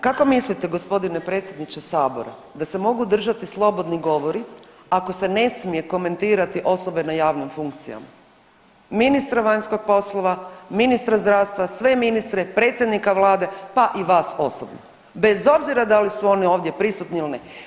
Kako mislite g. predsjedniče sabora da se mogu držati slobodni govori ako se ne smije komentirati osobe na javnim funkcijama, ministra vanjskog poslova, ministra zdravstva, sve ministre, predsjednika vlade, pa i vas osobno, bez obzira da su oni ovdje prisutni ili ne?